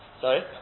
sorry